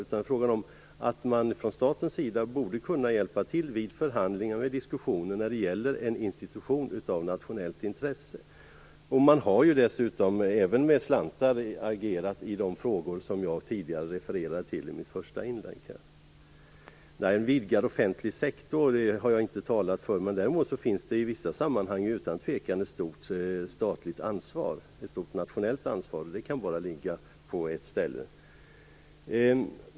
Detta handlar om att man från statens sida borde kunna hjälpa till i förhandlingar och i diskussioner när det gäller en institution av nationellt intresse. Man har dessutom även med slantar agerat i de frågor som jag refererade till i mitt första inlägg. Jag har inte talat för en vidgad offentlig sektor. Däremot finns det utan tvivel i vissa sammanhang ett stort statligt ansvar, ett stort nationellt ansvar. Det kan bara ligga på ett ställe.